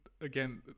again